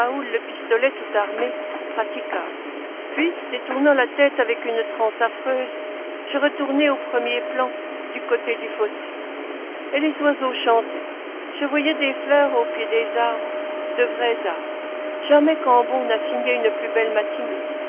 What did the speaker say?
le pistolet tout armé praticable puis détournant la tête avec une transe affreuse je retournai au premier plan du côté du fossé et les oiseaux chantaient je voyais des fleurs au pied des arbres de vrais arbres jamais cambon n'a signé une plus belle matinée